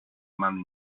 mano